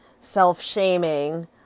self-shaming